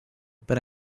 but